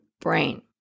brain